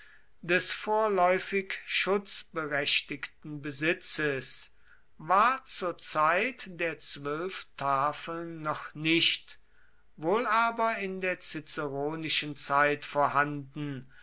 des vorläufig schutzberechtigten besitzes war zur zeit der zwölf tafeln noch nicht wohl aber in der ciceronischen zeit vorhanden